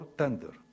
tender